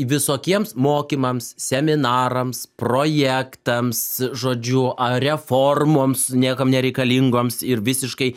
visokiems mokymams seminarams projektams žodžiu a reformoms niekam nereikalingoms ir visiškai